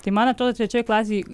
tai man atrodo trečioj klasėj